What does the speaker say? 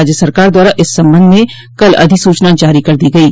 राज्य सरकार द्वारा इस संबंध में कल अधिसूचना जारी कर दी गयी